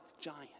giant